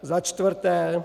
Za čtvrté.